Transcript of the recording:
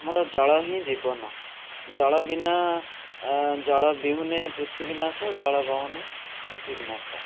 ଆମର ଜଳ ହିଁ ଜୀବନ ଜଳ ବିନା ଜଳ ବିହୁନେ ପୃଥିବୀ ନାଶ ଜଳ ବହୁଳେ ପୃଥିବୀ ନାଶ